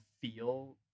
feel